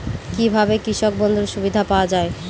কি ভাবে কৃষক বন্ধুর সুবিধা পাওয়া য়ায়?